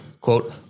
quote